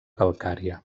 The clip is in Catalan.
calcària